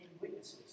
witnesses